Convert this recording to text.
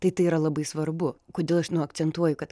tai tai yra labai svarbu kodėl aš nu akcentuoju kad